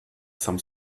some